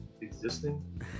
existing